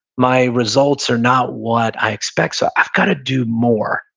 my results are not what i expect, so i've gotta do more.